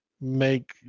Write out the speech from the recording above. make